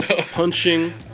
Punching